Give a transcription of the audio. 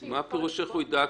מה פירוש איך הוא ידע?